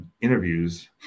interviews